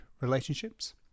relationships